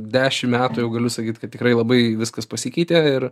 dešim metų jau galiu sakyt kad tikrai labai viskas pasikeitė ir